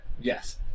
Yes